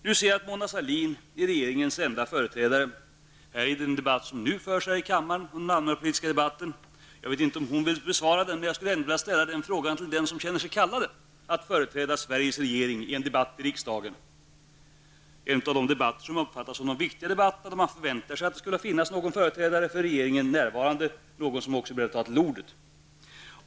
Jag ser att Mona Sahlin är regeringens enda företrädare i den debatt som nu förs här i kammaren. Jag vet inte om hon vill besvara min fråga, men jag vill ändå ställa den till den som känner sig kallad att företräda Sveriges regering i en debatt i riksdagen, en av de debatter som uppfattas som de viktigaste och där man förväntar sig att det skulle finnas någon företrädare för regeringen närvarande, någon som också vill ta till ordet.